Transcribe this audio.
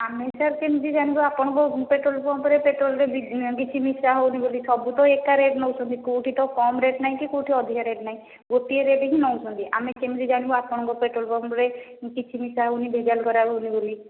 ଆମେ ସାର୍ କେମିତି ଜାଣିବୁ ଆପଣଙ୍କ ପେଟ୍ରୋଲ ପମ୍ପରେ ପେଟ୍ରୋଲରେ କିଛି ମିଶା ହେଉନି ବୋଲି ସବୁ ତ ଏକା ରେଟ୍ ନେଉଛନ୍ତି କେଉଁଠି ତ କମ ରେଟ୍ ନାହିଁ କି କେଉଁଠି ଅଧିକା ରେଟ୍ ନାହିଁ ଗୋଟିଏ ରେଟ୍ ହିଁ ନେଉଛନ୍ତି ଆମେ କେମିତି ଜାଣିବୁ ଆପଣଙ୍କ ପେଟ୍ରୋଲ ପମ୍ପରେ କିଛି ମିଶା ହେଉନି ଭେଜାଲ କରା ହେଉନି ବୋଲି